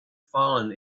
fallen